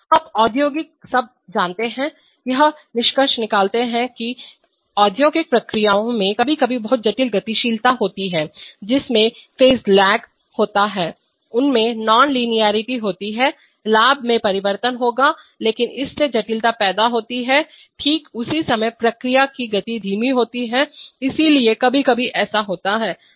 आप औद्योगिक सब जानते हैं यह निष्कर्ष निकालते हैं कि औद्योगिक प्रक्रियाओं में कभी कभी बहुत जटिल गतिशीलता होती है जिसमें फेज लेग होते हैं उनमें नॉन लिनारिटी होती है लाभ में परिवर्तन होगा लेकिन इससे जटिलता पैदा होती है ठीक उसी समय प्रक्रिया की गति धीमी होती है इसलिए कभी कभी ऐसा होता है